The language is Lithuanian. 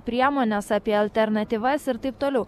priemones apie alternatyvas ir taip toliau